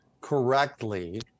correctly